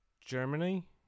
Germany